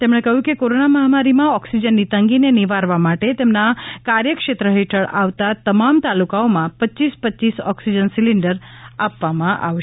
તેમણે કહયું કે કોરોના મહામારીમાં ઓકસીજનની તંગીને નિવારવા માટે તેમના કાર્યક્ષેત્ર હેઠળ આવતા તમામ તાલુકાઓમાં રપ રપ ઓકસીજન સીલીન્ડર આપવામાં આવશે